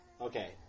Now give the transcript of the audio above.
Okay